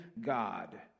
God